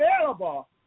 available